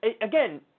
again